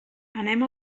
anem